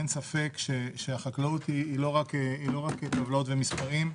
אין ספק שהחקלאות היא לא רק טבלאות ומספרים.